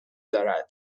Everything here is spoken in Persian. دارد